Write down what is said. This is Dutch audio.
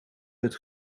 het